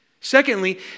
Secondly